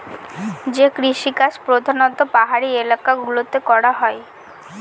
যে কৃষিকাজ প্রধানত পাহাড়ি এলাকা গুলোতে করা হয়